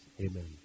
Amen